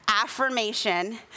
affirmation